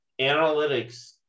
analytics